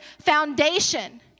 foundation